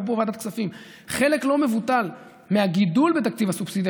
אפרופו ועדת כספים: חלק לא מבוטל מהגידול בתקציב הסובסידיה